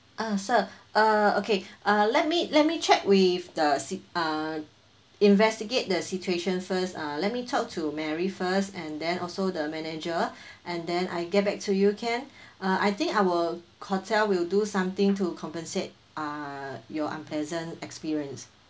uh sir uh okay uh let me let me check with the si~ uh investigate the situation first uh let me talk to mary first and then also the manager and then I get back to you can uh I think our hotel will do something to compensate uh your unpleasant experience